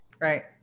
Right